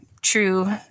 true